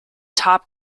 top